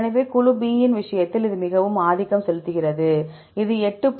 இங்கே குழு B இன் விஷயத்தில் இது மிகவும் ஆதிக்கம் செலுத்துகிறது இது 8